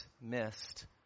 missed